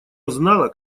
узнала